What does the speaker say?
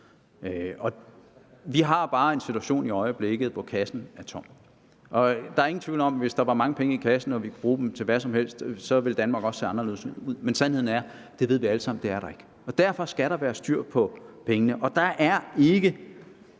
Vi har bare en situation i øjeblikket, hvor kassen er tom. Der er ingen tvivl om, at hvis der var mange penge i kassen og vi kunne bruge dem til hvad som helst, ville Danmark også se anderledes ud. Men sandheden er – og det ved vi alle sammen – at det er der ikke. Derfor skal der være styr på pengene.